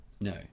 No